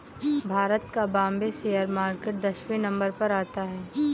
भारत का Bombay share market दसवें number पर आता है